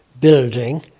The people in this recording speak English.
building